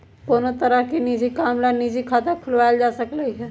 कोनो तरह के निज काम ला निजी खाता खुलवाएल जा सकलई ह